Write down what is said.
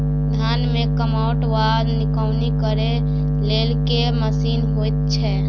धान मे कमोट वा निकौनी करै लेल केँ मशीन होइ छै?